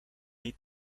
niet